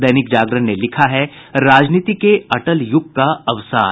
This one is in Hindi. दैनिक जागरण ने लिखा है राजनीति के अटल युग का अवसान